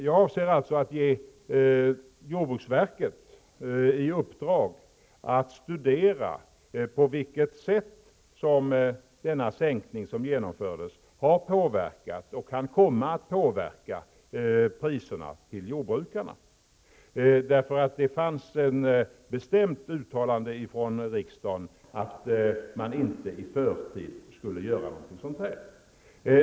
Jag avser alltså att ge jordbruksverket i uppdrag att studera på vilket sätt som denna sänkning som genomfördes har påverkat och kan komma att påverka priserna för jordbrukarna. Det gjordes ett bestämt uttalande från riksdagen om att man inte i förtid skulle göra någonting sådant.